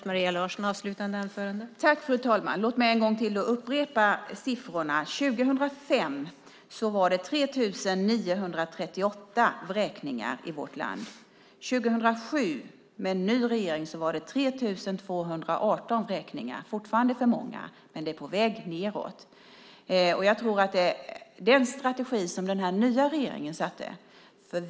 Fru talman! Låt mig än en gång upprepa siffrorna. 2005 var det 3 938 vräkningar i vårt land. 2007, med en ny regering, var det 3 218 vräkningar - fortfarande för många, men siffrorna är på väg nedåt. Jag tror att det beror på den strategi som den nya regeringen antog.